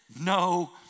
no